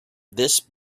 this